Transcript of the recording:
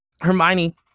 Hermione